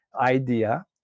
idea